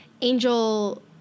Angel